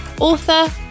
author